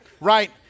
right